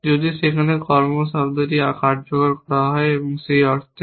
যদি সেখানে কর্ম শব্দটি কার্যকর করা হয় এবং সেই অর্থে